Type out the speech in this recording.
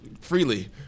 freely